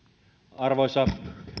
arvoisa